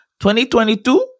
2022